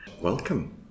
Welcome